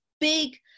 big